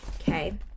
okay